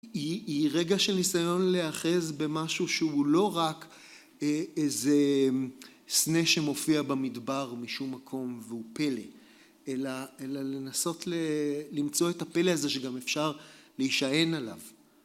היא רגע של ניסיון להאחז במשהו שהוא לא רק איזה סנה שמופיע במדבר משום מקום והוא פלא אלא לנסות למצוא את הפלא הזה שגם אפשר להישען עליו